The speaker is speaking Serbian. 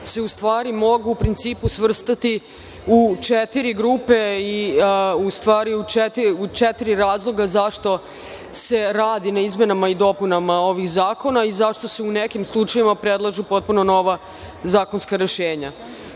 se u stvari mogu u principu svrstati u četiri grupe, u stvari u četiri razloga zašto se radi na izmenama i dopunama ovih zakona i zašto se u nekim slučajevima predlažu potpuno nova zakonska rešenja. Prvi